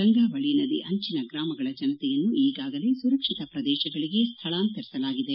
ಗಂಗಾವಳ ನದಿ ಅಂಚಿನ ಗ್ರಾಮಗಳ ಜನತೆಯನ್ನು ಈಗಾಗಲೇ ಸುರಕ್ಷಿತ ಪ್ರದೇಶಗಳಿಗೆ ಸ್ಥಳಾಂತರಿಸಲಾಗಿದೆ